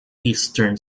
eastern